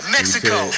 Mexico